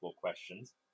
questions